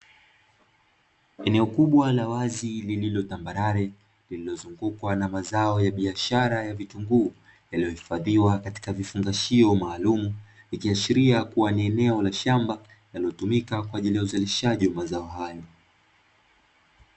Eneo kubwa la wazi lililotambarare lililozungukwa na mazao ya biashara ya vitunguu yaliyohifadhiwa katika vifungashio maalumu, ikiashiria kuwa ni eneo la shamba linalotumika kwa ajili ya uzalishaji wa mazao hayo.